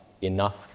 enough